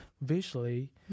visually